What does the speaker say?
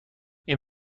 این